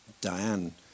Diane